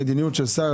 מדיניות של שר,